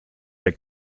der